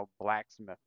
blacksmith